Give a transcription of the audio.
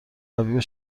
قوی